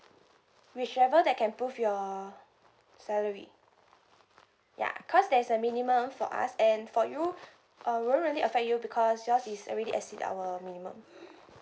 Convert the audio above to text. whichever that can prove your salary ya because there's a minimum for us and for you um it won't really affect you because yours is already exceed our minimum